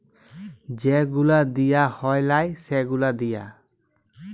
যে গুলা দিঁয়া হ্যয় লায় সে গুলা দিঁয়া